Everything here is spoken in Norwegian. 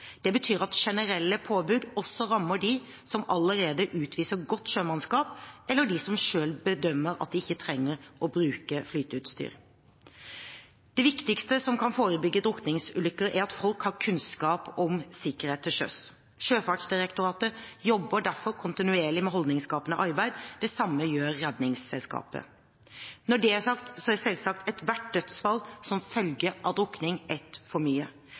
Det betyr at generelle påbud også rammer dem som allerede utviser godt sjømannskap, eller dem som selv bedømmer at de ikke trenger å bruke flyteutstyr. Det viktigste som kan forebygge drukningsulykker, er at folk har kunnskap om sikkerhet til sjøs. Sjøfartsdirektoratet jobber derfor kontinuerlig med holdningsskapende arbeid. Det samme gjør Redningsselskapet. Når det er sagt, er selvsagt ethvert dødsfall som følge av drukning ett for mye.